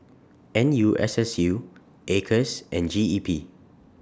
N U S S U Acres and G E P